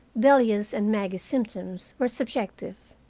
delia's and maggie's symptoms were subjective.